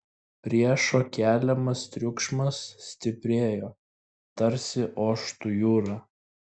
priešo keliamas triukšmas stiprėjo tarsi oštų jūra